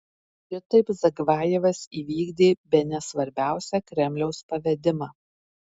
šitaip zavgajevas įvykdė bene svarbiausią kremliaus pavedimą